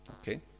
okay